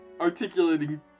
articulating